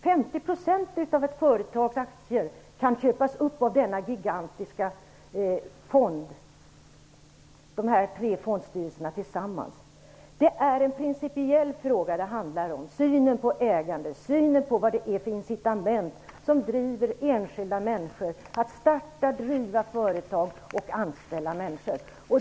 50 % av ett företags aktier kan alltså köpas upp av dessa tre fondstyrelser tillsammans. Detta är en principiell fråga. Det handlar om synen på ägande och synen på vad det är för incitament som driver enskilda människor att starta och driva företag och anställa människor.